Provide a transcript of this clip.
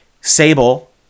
Sable